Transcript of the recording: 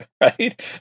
right